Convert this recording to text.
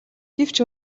гэвч